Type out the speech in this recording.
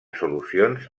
solucions